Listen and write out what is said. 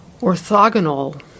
orthogonal